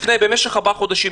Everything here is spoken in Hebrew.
במשך ארבעה חודשים,